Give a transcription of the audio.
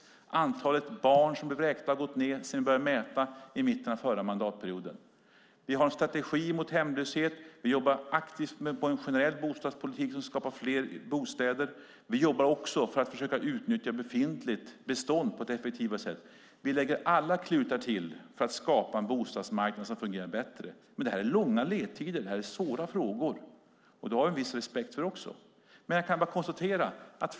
Antalet barn som blir vräkta har minskat sedan vi började mäta i mitten av förra mandatperioden. Vi har en strategi mot hemlöshet, och vi jobbar aktivt med en generell bostadspolitik som skapar fler bostäder. Vi jobbar också för att försöka utnyttja befintligt bestånd på ett effektivare sätt. Vi sätter alla klutar till för att skapa en bostadsmarknad som fungerar bättre. Det här är svåra frågor som tar lång tid, och det har vi respekt för.